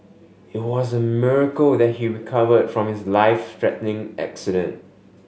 it was a miracle that he recovered from his life threatening accident